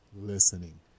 listening